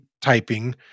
typing